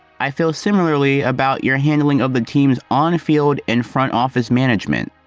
i feel similarly about your handling of the team's on-field and front office management.